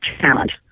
challenge